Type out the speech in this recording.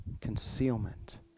concealment